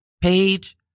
page